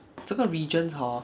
这个 region hor